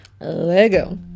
Lego